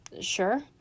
sure